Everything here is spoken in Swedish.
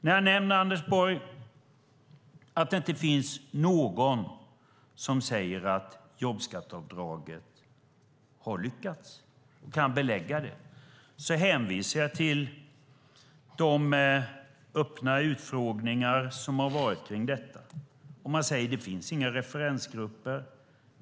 När jag nämner, Anders Borg, att det inte finns någon som säger att jobbskatteavdraget har lyckats och kan belägga det hänvisar jag till de öppna utfrågningar som har handlat om detta. Man säger att det inte finns några referensgrupper.